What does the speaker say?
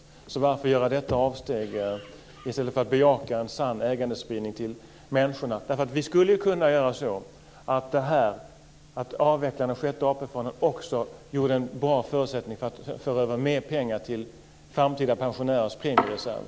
Varför göra detta avsteg i stället för att bejaka en sann ägandespridning till människorna? Vi skulle ju kunna göra så att detta med att avveckla Sjätte AP-fonden också utgjorde en bra förutsättning för att föra över mer pengar till framtida pensionärers premiereserv.